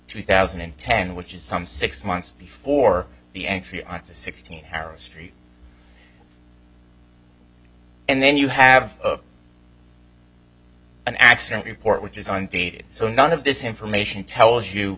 two thousand and ten which is some six months before the entry on the sixteen arab street and then you have an accident report which is on dated so none of this information tells you